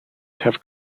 have